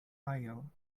aisle